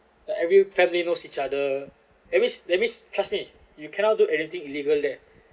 the every family knows each other that means that means trust me you cannot do anything illegal there